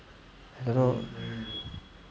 don't know